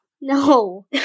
No